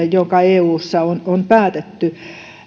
joka eussa on on päätetty